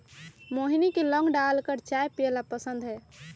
मोहिनी के लौंग डालकर चाय पीयला पसंद हई